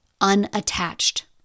Unattached